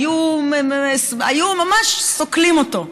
היו ממש סוקלים אותו.